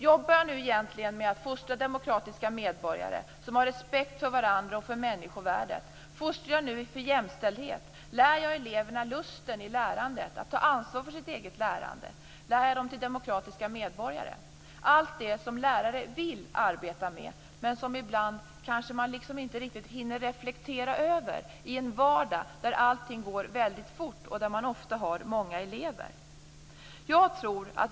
Jobbar jag nu egentligen med att fostra demokratiska medborgare som har respekt för varandra och för människovärdet? Fostrar jag nu inför jämställdhet? Lär jag eleverna lusten i lärandet, att ta ansvar för sitt eget lärande? Lär jag dem till demokratiska medborgare? Allt det som lärare vill arbeta med men som man ibland kanske inte riktigt hinner reflektera över i en vardag där allting går väldigt fort och där man ofta har många elever.